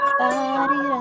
body